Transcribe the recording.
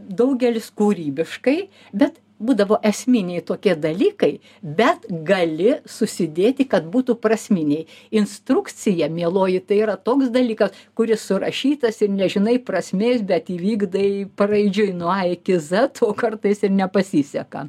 daugelis kūrybiškai bet būdavo esminiai tokie dalykai bet gali susidėti kad būtų prasminiai instrukcija mieloji tai yra toks dalykas kuris surašytas nežinai prasmės bet įvykdai paraidžiui nuo a iki zet o kartais ir nepasiseka